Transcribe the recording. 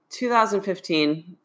2015